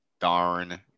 darn